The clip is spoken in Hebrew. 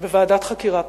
בוועדת חקירה פנימית.